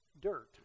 dirt